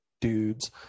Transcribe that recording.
dudes